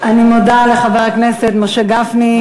אני מודה לחבר הכנסת משה גפני,